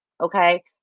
Okay